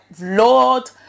lord